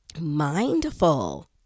mindful